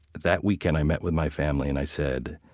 that weekend i met with my family, and i said,